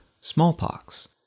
smallpox